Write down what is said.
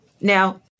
Now